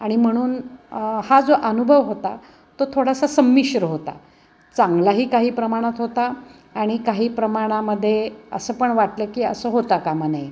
आणि म्हणून हा जो अनुभव होता तो थोडासा संमिश्र होता चांगलाही काही प्रमाणात होता आणि काही प्रमाणामध्ये असं पण वाटलं की असं होता कामा नये